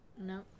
No